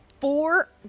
four